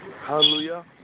Hallelujah